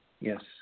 yes